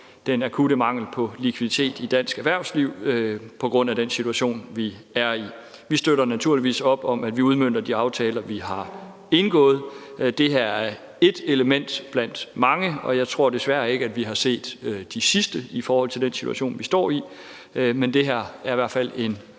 den akutte mangel på likviditet i dansk erhvervsliv på grund af den situation, vi er i. Vi støtter naturligvis op om, at vi udmønter de aftaler, vi har indgået, og det her er ét element blandt mange, og jeg tror desværre ikke, at vi har set de sidste i forhold til den situation, vi står i, men det her er i hvert fald en